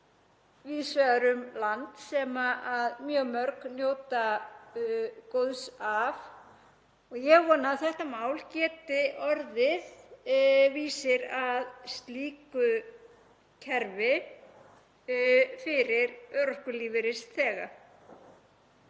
víðs vegar um land sem mjög mörg njóta góðs af. Ég vona að þetta mál geti orðið vísir að slíku kerfi fyrir örorkulífeyrisþega.